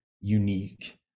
unique